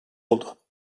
oldu